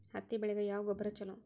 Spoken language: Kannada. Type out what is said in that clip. ಹತ್ತಿ ಬೆಳಿಗ ಯಾವ ಗೊಬ್ಬರ ಛಲೋ?